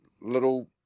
little